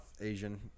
Asian